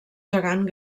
gegant